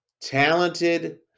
talented